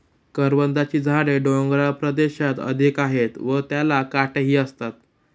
करवंदाची झाडे डोंगराळ प्रदेशात अधिक आहेत व त्याला काटेही असतात